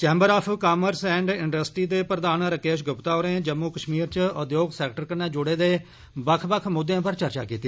chamber of commerce and industry दे प्रधान राकेश ग्प्ता होरें जम्मू कश्मीर च उद्योग सैक्टर कन्नै जुड़े दे बक्ख बक्ख मुद्दे पर चर्चा कीती